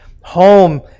home